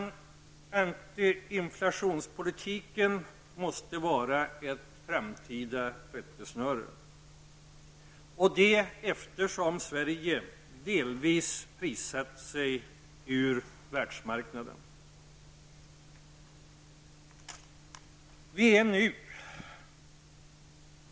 Antiinflationspolitiken måste vara ett framtida rättesnöre. Sverige har delvis prissatt sig ur världsmarknaden.